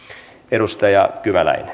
edustaja kymäläinen